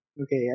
Okay